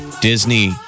Disney